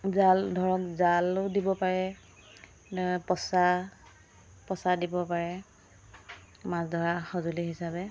জাল ধৰক জালো দিব পাৰে পঁচা পঁচা দিব পাৰে মাছ ধৰা সঁজুলি হিচাপে